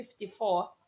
54